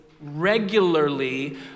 regularly